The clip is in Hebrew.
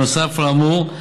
בנוסף לאמור,